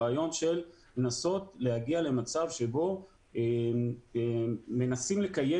הרעיון לנסות להגיע למצב שבו מנסים לקיים